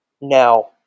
Now